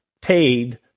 paid